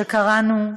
שקראנו,